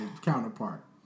counterpart